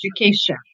education